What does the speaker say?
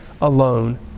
alone